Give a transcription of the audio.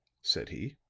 said he.